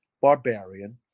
Barbarian